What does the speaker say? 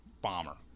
bomber